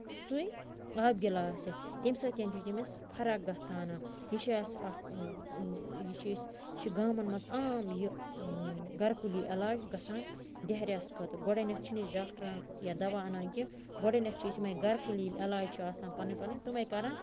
سُے آبہٕ گِلاسہٕ تمہِ سۭتۍ چھِ تٔمِس فرق گژھان یہِ چھُ اَسہِ اکھ یہِ چھُ أسۍ یہِ چھُ گامَن منٛز عام یہِ گرٕکُلی علاج گژھان ڈیہرِیہَس خٲطرٕ گۄڈٕنیتھ چھِنہٕ أسۍ ڈاکٹرَن یا دوا اَنان کیٚنہہ گۄڈٕنیتھ چھِ أسۍ یِمَے گرکُلی علاج چھُ آسان پَنٕنۍ پَنٕنۍ تِمَے کران